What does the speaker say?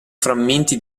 frammenti